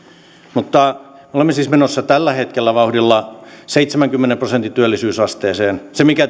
mutta me olemme siis menossa tällä hetkellä vauhdilla seitsemänkymmenen prosentin työllisyysasteeseen se mikä